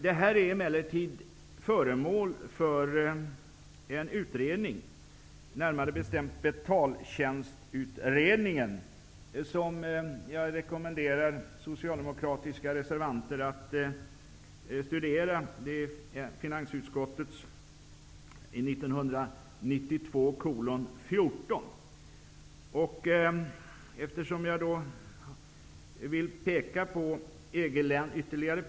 Detta är emellertid föremål för en utredning, närmare bestämt Betaltjänstutredningen, Fi 1992:14, som jag rekommenderar socialdemokratiska reservanter att studera.